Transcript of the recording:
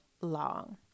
long